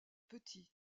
petit